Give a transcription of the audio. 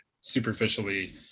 superficially